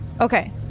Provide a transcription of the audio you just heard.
okay